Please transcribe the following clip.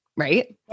Right